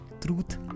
truth